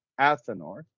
Athenor